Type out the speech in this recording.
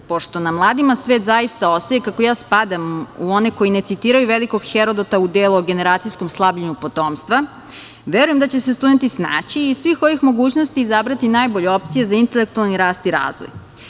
Pošto na mladima svet zaista ostaje, kako ja spadam u one koji ne citiraju velikog Herodota u delu o generacijskom slabljenju potomstva, verujem da će se studenti snaći i iz svih ovih mogućnosti izabrati najbolje opcije za intelektualni rast i razvoj.